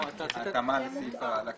שירותי פיקדון ואשראי שהתקשר בעסקה עם קטין,